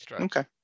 okay